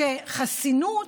וחסינות,